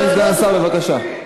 אדוני סגן השר, בבקשה.